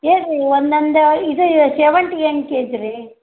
ಹೇಳಿರಿ ಒಂದೊಂದು ಇದು ಸೇವಂತಿಗೆ ಹೆಂಗೆ ಕೆಜ್ ರೀ